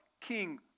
king